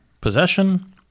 possession